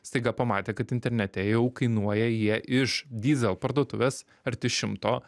staiga pamatė kad internete jau kainuoja jie iš dyzel parduotuvės arti šimto